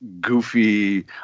goofy